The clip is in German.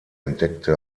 entdeckte